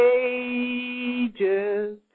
ages